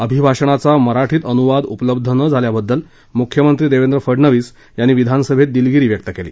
अभिभाषणाचा मराठीत अनुवाद उपलब्ध न झाल्याबद्दल मुख्यमंत्री देवेंद्र फडनवीस यांनी विधानसभेत दिलगीरी व्यक्त केली